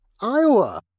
iowa